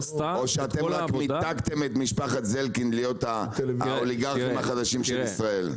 או שאתם רק מיתגתם את משפחת זלקינד להיות האוליגרכים החדשים של ישראל.